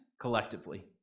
collectively